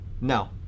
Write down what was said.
no